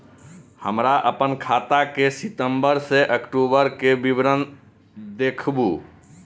हमरा अपन खाता के सितम्बर से अक्टूबर के विवरण देखबु?